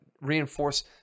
reinforce